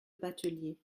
batelier